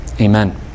Amen